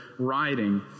writing